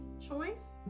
choice